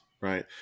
right